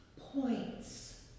points